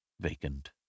vacant